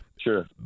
Sure